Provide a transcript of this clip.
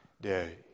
Day